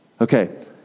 Okay